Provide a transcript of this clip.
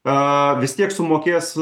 a vis tiek sumokės